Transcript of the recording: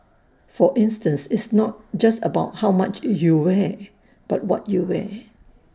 for instance it's not just about how much you wear but what you wear